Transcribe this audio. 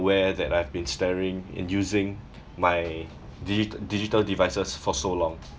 aware that I've been staring and using my digi~ digital devices for so long